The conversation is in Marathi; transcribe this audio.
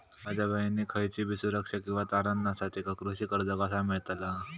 माझ्या बहिणीक खयचीबी सुरक्षा किंवा तारण नसा तिका कृषी कर्ज कसा मेळतल?